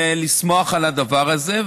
ולשמוח על הדבר הזה.